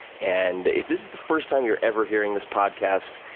and if this is the first time you're ever hearing this podcast,